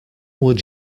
would